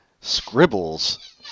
scribbles